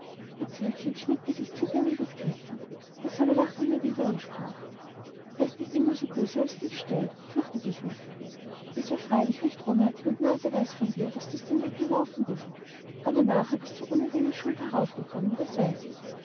schmiegte sich zitternd an christkindchen das aber lachte nur wieder und sprach er ist nicht so böse als er sich stellt fürchte dich nicht es war freilich recht unartig und naseweis von dir daß du aus dem bett gelaufen bist aber nachher bist du ohne deine schuld heraufgekommen das weiß ich